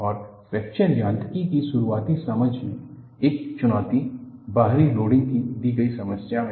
और फ्रैक्चर यांत्रिकी की शुरुआती समझ में एक चुनौती बाहरी लोडिंग की दी गई समस्या में है